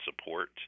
support